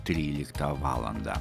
tryliktą valandą